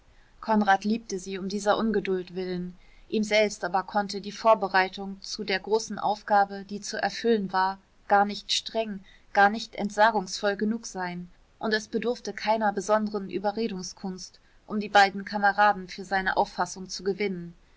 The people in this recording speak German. konrad liebte sie um dieser ungeduld willen ihm selbst aber konnte die vorbereitung zu der großen aufgabe die zu erfüllen war gar nicht streng gar nicht entsagungsvoll genug sein und es bedurfte keiner besonderen überredungskunst um die beiden kameraden für seine auffassung zu gewinnen